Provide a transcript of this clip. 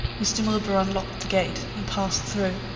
mr. milburgh unlocked the gate and passed through,